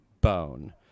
bone